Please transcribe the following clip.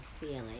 feeling